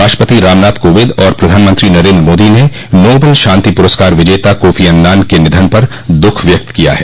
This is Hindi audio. राष्ट्रपति रामनाथ कोविन्द और प्रधानमंत्री नरेन्द्र मोदी ने नोबेल शांति पुरस्कार विजेता कोफी अन्नान के निधन पर दुःख व्यक्त किया है